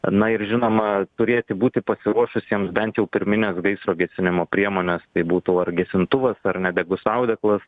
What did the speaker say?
na ir žinoma turėti būti pasiruošusiems bent pirmines gaisro gesinimo priemones tai būtų ar gesintuvas ar nedegus audeklas